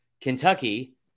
Kentucky